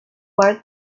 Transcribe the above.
were